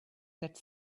that